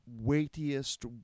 weightiest